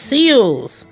Seals